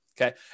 Okay